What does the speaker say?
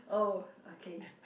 oh okay